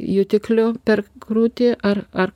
jutikliu per krūtį ar ar